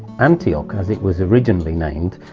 antioch, as it was originally named,